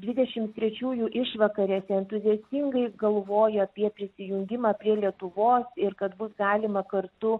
dvidešim trečiųjų išvakarėse entuziastingai galvojo apie prisijungimą prie lietuvos ir kad bus galima kartu